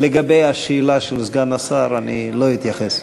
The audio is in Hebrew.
לגבי השאלה של סגן השר, אני לא אתייחס.